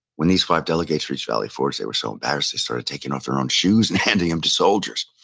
when these five delegates reached valley forge, they were so embarrassed they started taking off their own shoes and handing them to soldiers.